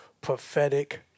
prophetic